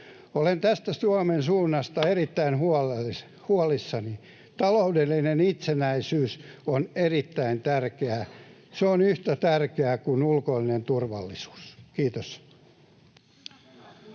Olen tästä Suomen suunnasta erittäin huolissani. Taloudellinen itsenäisyys on erittäin tärkeää. Se on yhtä tärkeää kuin ulkoinen turvallisuus. — Kiitos.